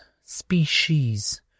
Species